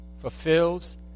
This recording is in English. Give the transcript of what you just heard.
fulfills